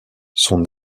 son